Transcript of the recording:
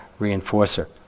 reinforcer